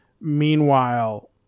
Meanwhile